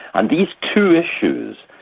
and these two issues,